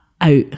out